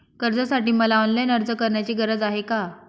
कर्जासाठी मला ऑनलाईन अर्ज करण्याची गरज आहे का?